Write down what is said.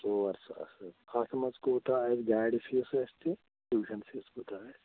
ژوٚر ساس حٲز اَتھ منٛز کوٗتاہ آسہِ گاڑِ فیٖس حٲز تہٕ ٹِیوٗشَن فیٖس کوٗتاہ آسہِ